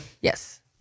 Yes